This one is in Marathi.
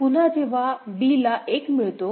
पुन्हा जेव्हा b ला 1 मिळतो